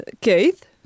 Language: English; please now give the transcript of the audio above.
Kate